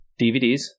DVDs